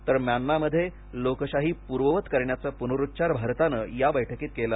तर म्यानमांमधे लोकशाही पूर्ववत करण्याचा पुनरुच्चार भारताने या बैठकीत केला